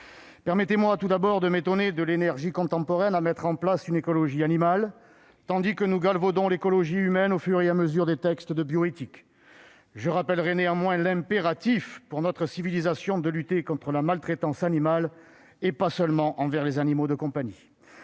permettez-moi tout d'abord de m'étonner de l'énergie contemporaine à mettre en place une écologie animale tandis que nous galvaudons l'écologie humaine au fur et à mesure des textes de bioéthique ! Je rappellerai néanmoins l'impératif pour notre civilisation de lutter contre la maltraitance animale, et pas seulement envers les animaux de compagnie.